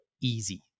easy